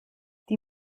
die